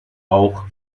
auch